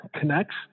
connects